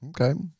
Okay